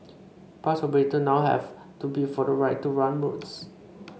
bus operators now have to bid for the right to run routes